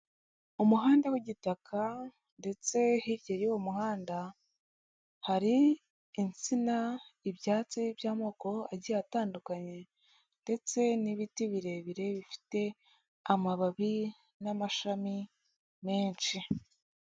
Umuhanda w'igitaka ndetse hirya y'uwo muhanda hari insina, ibyatsi by'amoko agiye atandukanye ndetse n'ibiti birebire bifite amababi n'amashami menshi.